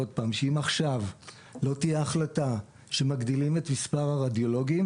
עוד פעם: אם עכשיו לא תהיה החלטה שמגדילים את מספר הרדיולוגים,